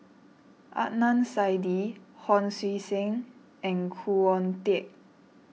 Adnan Saidi Hon Sui Sen and Khoo Oon Teik